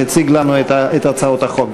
שמציג לנו את הצעות החוק.